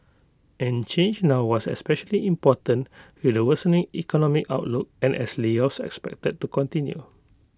and change now was especially important with the worsening economic outlook and as layoffs expected to continue